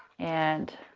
and